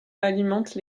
alimente